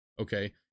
Okay